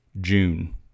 June